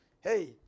hey